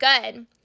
good